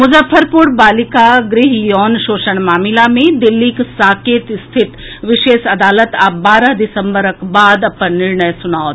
मुजफ्फरपुर बालिका गृह यौन शोषण मामिला मे दिल्लीक साकेत स्थित विशेष अदालत आब बारह दिसम्बरक बाद अपन निर्णय सुनाओत